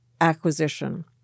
acquisition